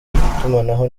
itumanaho